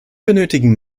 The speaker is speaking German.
benötigen